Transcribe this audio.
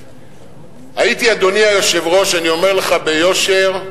אדוני היושב-ראש, אני אומר לך ביושר,